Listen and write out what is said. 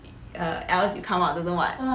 err else you come out don't know what